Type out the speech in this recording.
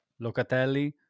Locatelli